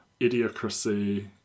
Idiocracy